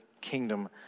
kingdom